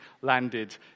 landed